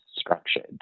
structured